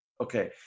Okay